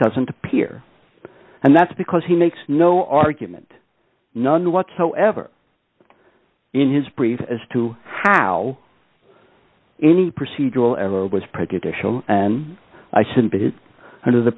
doesn't appear and that's because he makes no argument none whatsoever in his brief as to how any procedure will ever was prejudicial and i should be under the